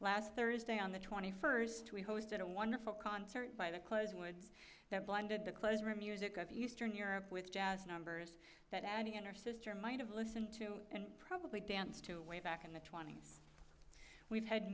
last thursday on the twenty first we hosted a wonderful concert by the close woods that blinded the closer music of eastern europe with jazz numbers that addy and her sister might have listened to and probably danced to way back in the twenty's we've had